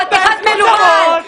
יא חתיכת מנוול.